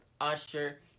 Usher